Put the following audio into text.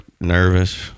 nervous